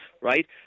right